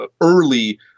early